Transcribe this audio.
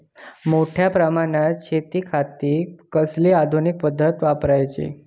मोठ्या प्रमानात शेतिखाती कसली आधूनिक पद्धत वापराची?